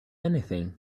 anything